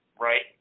right